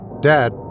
Dad